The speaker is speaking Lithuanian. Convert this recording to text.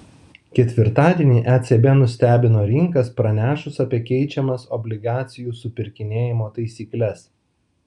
ketvirtadienį ecb nustebino rinkas pranešus apie keičiamas obligacijų supirkinėjimo taisykles